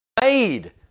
made